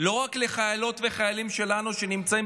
לא רק לחיילות ולחיילים שלנו שנמצאים